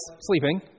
sleeping